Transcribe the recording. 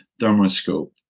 thermoscope